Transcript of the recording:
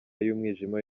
y’umwijima